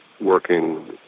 working